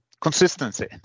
consistency